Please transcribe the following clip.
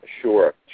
Sure